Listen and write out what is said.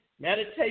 meditation